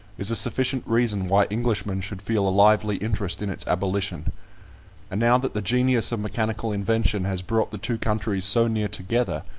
is a sufficient reason why englishmen should feel a lively interest in its abolition and now that the genius of mechanical invention has brought the two countries so near together,